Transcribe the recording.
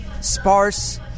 sparse